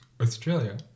Australia